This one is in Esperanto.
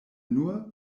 nur